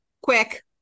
quick